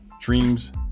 dreams